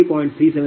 3720